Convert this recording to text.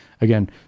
Again